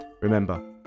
remember